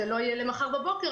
זה לא יהיה למחר בבוקר,